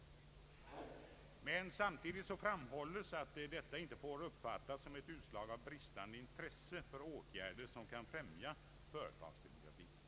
Men samtidigt framhålles att detta inte får uppfattas som ett utslag av bristande intresse för åtgärder som kan främja företagsdemokratin.